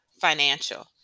financial